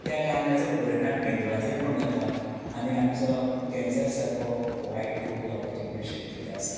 त्या कारणान ताचो परिणाम मेंदवाचेर पूण जाता आनी आमचो कँसर सारको वायट रोग जावपाचे पूण शक्यता आसा